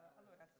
allora